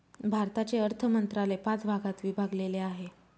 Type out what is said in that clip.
भारताचे अर्थ मंत्रालय पाच भागात विभागलेले आहे